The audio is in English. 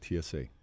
TSA